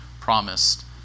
promised